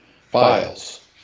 files